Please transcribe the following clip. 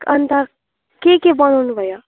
अन्त के के बनाउनु भयो